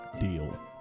deal